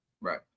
Right